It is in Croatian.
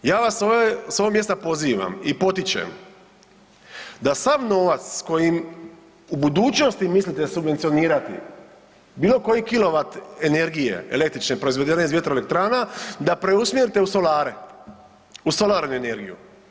Ja vas ovdje s ovog mjesta pozivam i potičem da sav novac s kojim u budućnosti mislite subvencionirati bilo koji kilovat energije električne proizvedene iz vjetroelektrana da preusmjerite u solare, u solarnu energiju.